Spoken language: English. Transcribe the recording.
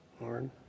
Lord